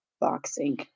boxing